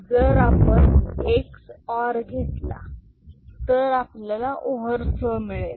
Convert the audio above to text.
जर आपण XOR घेतला तर आपल्याला ओव्हरफ्लो मिळेल